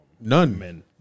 None